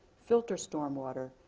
filter storm water,